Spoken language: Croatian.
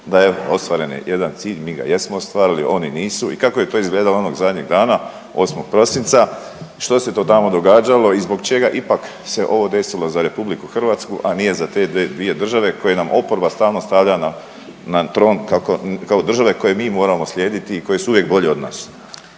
da je ostvaren jedan cilj, mi ga jesmo ostvarili, oni nisu i kako je to izgledalo onog zadnjeg dana 8. prosinca, što se to tamo događalo i zbog čega ipak se ovo desilo za RH, a nije za te dve, dvije države koje nam oporba stalno stavlja na, na tron kako, kao države koje mi moramo slijediti i koje su uvijek bolje od nas?